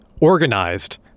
organized